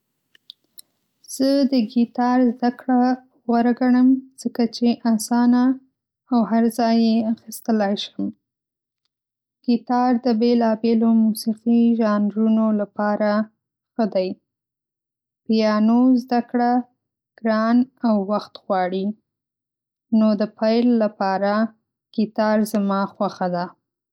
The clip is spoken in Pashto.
زه د ګیتار زده کړه غوره ګڼم ځکه چې اسانه او هر ځای یې اخیستلای شم. ګیتار د بېلابېلو موسیقي ژانرونو لپاره ښه دی. پیانو زده کړه ګران او وخت غواړي. نو د پیل لپاره ګیتار زما خوښه ده.